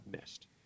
missed